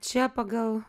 čia pagal